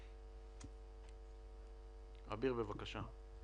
אביר, בבקשה.